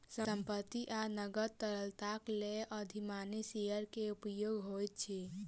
संपत्ति आ नकद तरलताक लेल अधिमानी शेयर के उपयोग होइत अछि